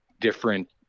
different